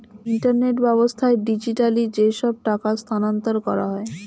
internet ব্যাবস্থায় digitally যেসব টাকা স্থানান্তর করা হয়